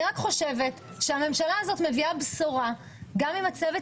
אני רק חושבת שהממשלה הזאת מביאה בשורה גם עם צוות